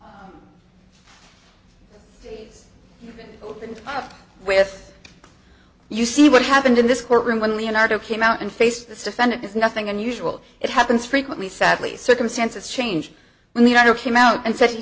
opened up with you see what happened in this courtroom when leonardo came out and face this defendant is nothing unusual it happens frequently sadly circumstances change in the inner came out and said he